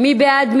מי בעד?